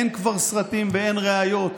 אין כבר סרטים ואין ראיות.